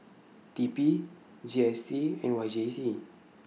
T P G S T and Y J C